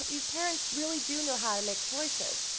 these parents really do know how to make choices.